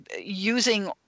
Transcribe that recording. using